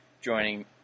joining